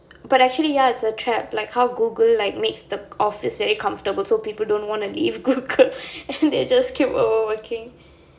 but actually ya it's a trap like how Google like makes the office very comfortable so people don't wanna leave Google then they just keep overworking